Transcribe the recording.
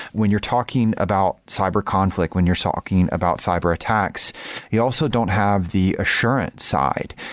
when you're talking about cyber conflict, when you're talking about cyber-attacks, you also don't have the assurance side.